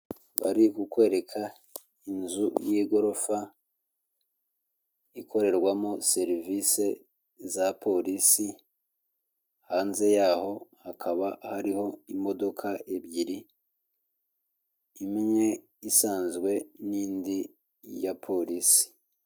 Bari kukwereka inzu y'igorofa ikorerwamo serivisi za polisi. Hanze yaho haba hariho imodoka ebyiri: imwe isanzwe n'indi ya polisi.